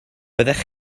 byddech